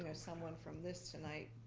you know someone from this tonight.